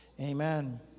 Amen